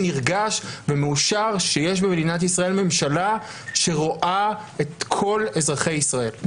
נרגש ומאושר שיש במדינת ישראל ממשלה שרואה את כל אזרחי ישראל.